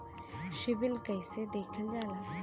CIBIL कैसे देखल जाला?